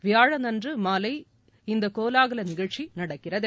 வியாழன் அன்று மாலை இந்த கோலாகல நிகழ்ச்சி நடக்கிறது